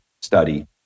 study